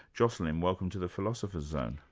jocelyn, welcome to the philosopher's zone.